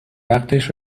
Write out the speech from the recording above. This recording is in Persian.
وقتش